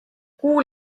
kuu